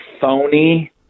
phony